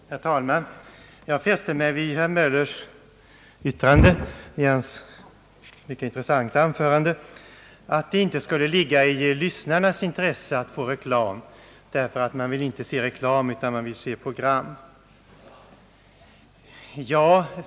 Herr talman! Jag fäste mig vid herr Möllers yttrande i hans mycket intressanta anförande om att det inte skulle ligga i lyssnarnas intresse att få reklam. Man vill inte se reklam, utan man vill se program.